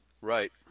Right